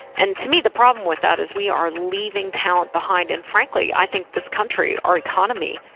and to me, the problem with that is we are leaving talent behind, and frankly i think this country, our economy,